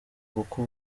kuko